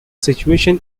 situation